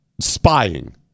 spying